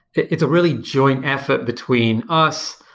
it's a really joint effort between us,